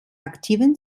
aktiven